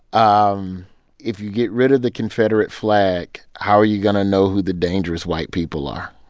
um if you get rid of the confederate flag, how are you going to know who the dangerous white people are?